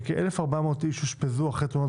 וכ-1,400 אושפזו אחרי תאונות